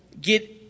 get